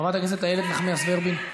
חברת הכנסת איילת נחמיאס ורבין,